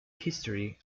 history